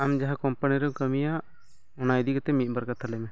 ᱟᱢ ᱡᱟᱦᱟᱸ ᱠᱚᱢᱯᱟᱱᱤ ᱨᱮᱢ ᱠᱟᱹᱢᱤᱭᱟ ᱚᱱᱟ ᱤᱫᱤ ᱠᱟᱛᱮᱫ ᱢᱤᱫ ᱵᱟᱨ ᱠᱟᱛᱷᱟ ᱞᱟᱹᱭ ᱢᱮ